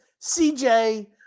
CJ